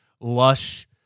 lush